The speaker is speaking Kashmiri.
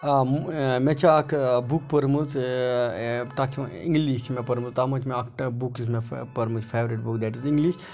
آ مےٚ چھِ اَکھکھ بُک پٔرمٕژ تَتھ چھِ اِنٛگلِش چھِےٚ پٔرمٕژ تَتھ منٛز چھِ مےٚ اَکھ بُک یُس مےٚ پٔرمٕژ favourite book that is English